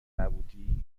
نبودی